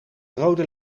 rode